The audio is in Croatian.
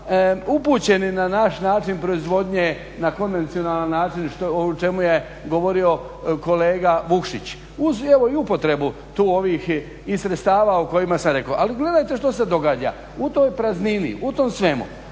upućeni na naš način proizvodnje na konvencionalan način o čemu je govorio kolega Vukšić uz evo i upotrebu tu ovih i sredstava o kojima sam rekao. Ali gledajte što se događa? U toj praznini, u tom svemu